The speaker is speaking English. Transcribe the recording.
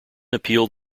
appealed